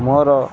ମୋର